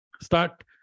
start